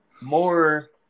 more